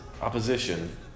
opposition